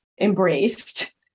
embraced